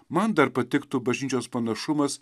man dar patiktų bažnyčios panašumas